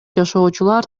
жашоочулар